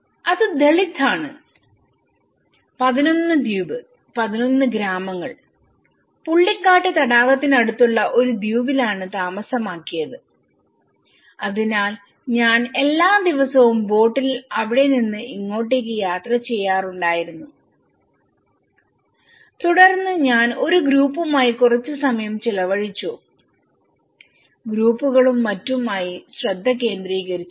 അത് ദളിത് ആണ്11 ദ്വീപ് 11 ഗ്രാമങ്ങൾ പുള്ളിക്കാട്ട് തടാകത്തിനടുത്തുള്ള ഒരു ദ്വീപിലാണ് താമസമാക്കിയത് അതിനാൽ ഞാൻ എല്ലാ ദിവസവും ബോട്ടിൽ ഇവിടെ നിന്ന് ഇങ്ങോട്ട്ട്ടേക്ക് യാത്ര ചെയ്യാറുണ്ടായിരുന്നു തുടർന്ന് ഞാൻ ഒരു ഗ്രൂപ്പുമായി കുറച്ച് സമയം ചിലവഴിച്ചു ഗ്രൂപ്പുകളും മറ്റും ആയി ശ്രദ്ധ കേന്ദ്രീകരിച്ചു